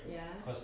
ya